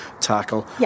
Tackle